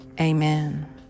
Amen